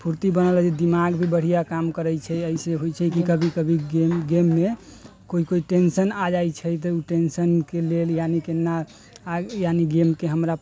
फूर्ती बनल रहै छै दिमाग भी बढ़िआँ काम करै छै अइसँ होइ छै की कभी कभी गेममे कोइ कोइ टेंसन आ जाइ छै तऽ उ टेंसनके लेल यानि केना यानि गेमके हमरा